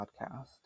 podcast